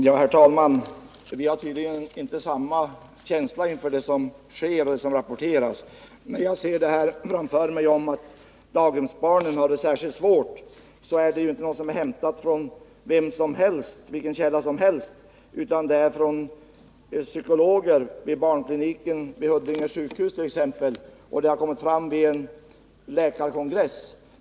Herr talman! Vi har tydligen inte samma känsla inför det som sker och det som rapporteras. När jag ser framför mig att daghemsbarnen har det särskilt svårt, så är det ju inte något som är hämtat från vilken källa som helst, utan det är hämtat från psykologer vid barnkliniken på Huddinge sjukhus t.ex., och det har kommit fram vid en läkarkongress.